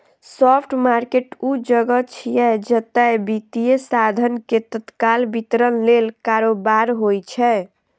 spot market ऊ जगह छियै, जतय वित्तीय साधन के तत्काल वितरण लेल कारोबार होइ छै